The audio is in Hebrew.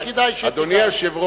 אולי כדאי שתאמר.